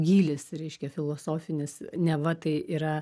gylis reiškia filosofinis neva tai yra